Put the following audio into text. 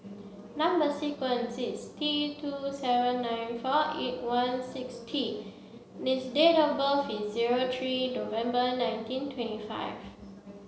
number sequence is T two seven nine four eight one six T and date of birth is zero three November nineteen twenty five